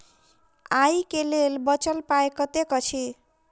आइ केँ लेल बचल पाय कतेक अछि?